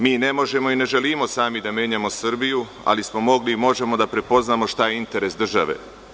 Mi ne možemo i ne želimo sami da menjamo Srbiju, ali smo mogli i možemo da prepoznamo šta je interes države.